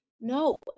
no